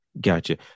Gotcha